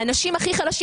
האנשים הכי חלשים.